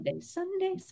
Sunday